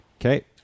Okay